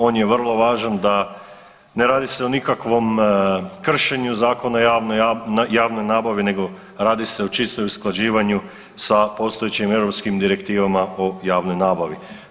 On je vrlo važan da, ne radi se o nikakvom kršenju Zakona o javnoj nabavi, nego radi se o čistom usklađivanju sa postojećim europskim direktivama o javnoj nabavi.